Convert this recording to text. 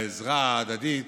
העזרה ההדדית